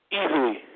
easily